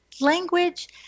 language